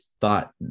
thought